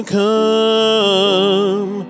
come